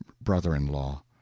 brother-in-law